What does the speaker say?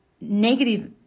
negative